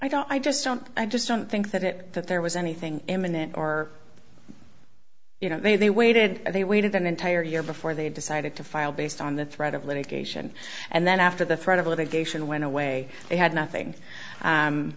standing i just don't i just don't think that there was anything imminent or you know they waited they waited an entire year before they decided to file based on the threat of litigation and then after the threat of litigation went away they had nothing